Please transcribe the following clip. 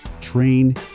Train